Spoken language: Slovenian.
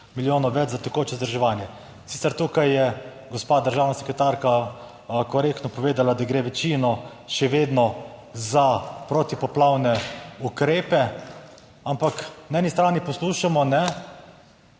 milijonov več za tekoče vzdrževanje. In sicer, tukaj je gospa državna sekretarka korektno povedala, da gre večino še vedno za protipoplavne ukrepe. Ampak na eni strani poslušamo, s